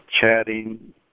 chatting